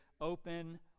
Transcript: open